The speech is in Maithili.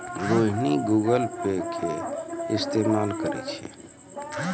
रोहिणी गूगल पे के इस्तेमाल करै छै